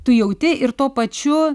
tu jauti ir tuo pačiu